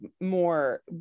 more